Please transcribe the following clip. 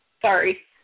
Sorry